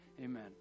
amen